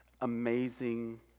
amazing